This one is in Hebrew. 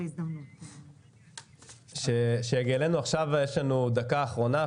יש לנו דקה אחרונה,